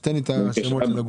אז תן לי את רשימת הגופים.